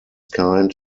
kind